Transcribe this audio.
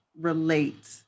relate